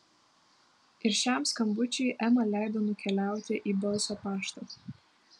ir šiam skambučiui ema leido nukeliauti į balso paštą